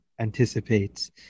anticipates